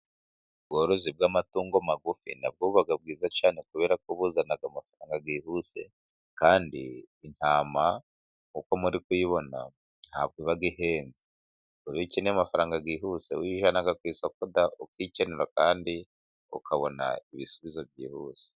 Ubworozi bw'amatungo magufi nabwo buba bwiza cyane, kubera ko buzana amafaranga byihuse kandi intama nkuko muri kuyibona ntabwo iba ihenze ukeneye amafaranga byihuse wiyijyana ku isoko ukikenura, kandi ukabona ibisubizo byihuse.